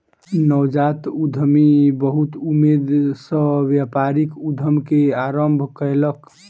नवजात उद्यमी बहुत उमेद सॅ व्यापारिक उद्यम के आरम्भ कयलक